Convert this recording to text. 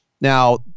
Now